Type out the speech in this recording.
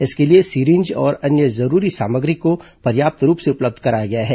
इसके लिए सीरिंज और अन्य जरूरी सामग्री को पर्याप्त रूप से उपलब्ध कराया गया है